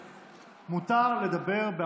האם אתה מוכן,